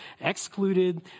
excluded